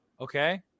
Okay